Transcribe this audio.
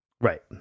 right